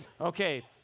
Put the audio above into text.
okay